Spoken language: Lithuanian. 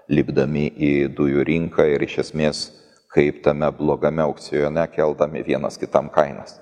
lipdami į dujų rinką ir iš esmės kaip tame blogame aukcione keldami vienas kitam kainas